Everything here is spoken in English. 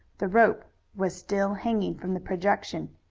the rope was still hanging from the projection,